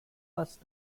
first